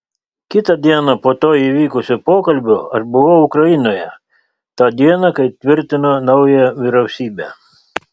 kitą dieną po to įvykusio pokalbio aš buvau ukrainoje tą dieną kai tvirtino naują vyriausybę